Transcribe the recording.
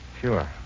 Sure